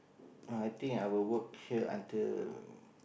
no I think I will work here until